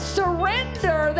surrender